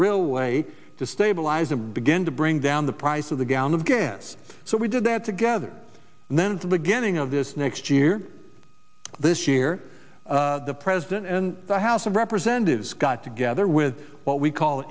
real way to stabilize and begin to bring down the price of the gallon of gas so we did that together and then at the beginning of this next year this year the president and the house of representatives got together with what we call